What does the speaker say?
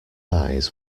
eyes